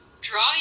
draw